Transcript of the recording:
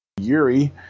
Yuri